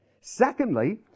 Secondly